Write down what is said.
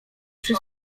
przy